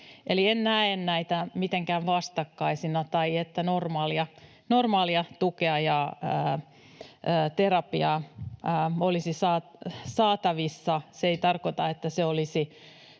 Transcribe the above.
en näe näitä mitenkään vastakkaisina, tai se, että normaalia tukea ja terapiaa olisi saatavissa, ei tarkoita, että se olisi